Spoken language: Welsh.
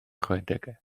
chwedegau